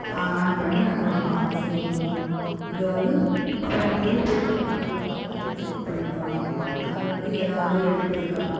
on பண்ணி நம்ம பார்த்து செய்யணும் இது வந்து அப்புறம் இந்த டூபு இருக்குல்லைங்க அது வந்து நல்லா செக் பண்ணிக்கணும் அது வந்து எதாவது வெடிப்பு இருக்கா